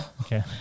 Okay